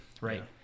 right